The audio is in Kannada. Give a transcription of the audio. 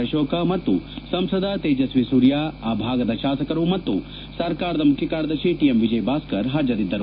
ಅಶೋಕ ಮತ್ತು ಸಂಸದ ತೇಜಸ್ವಿ ಸೂರ್ಯ ಆ ಭಾಗದ ಶಾಸಕರು ಮತ್ತು ಸರ್ಕಾರದ ಮುಖ್ಖಕಾರ್ಯದರ್ಶಿ ಟಿ ಎಂ ವಿಜಯಭಾಸ್ಕರ್ ಹಾಜರಿದ್ದರು